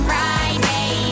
Friday